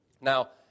Now